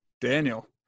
Daniel